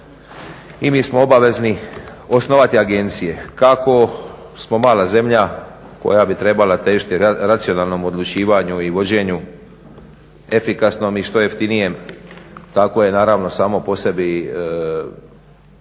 i mi smo obavezni osnovati agencije. Kako smo mala zemlja koja bi trebala težiti racionalnom odlučivanju i vođenju efikasnom i što jeftinijem tako je naravno i samo po sebi suvislo da